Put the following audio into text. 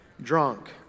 Drunk